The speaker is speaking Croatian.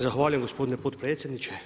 Zahvaljujem gospodine potpredsjedniče.